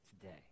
today